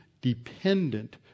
dependent